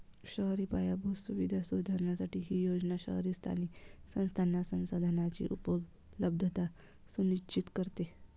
शहरी पायाभूत सुविधा सुधारण्यासाठी ही योजना शहरी स्थानिक संस्थांना संसाधनांची उपलब्धता सुनिश्चित करते